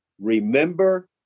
remember